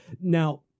now